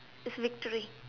it's victory